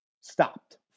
stopped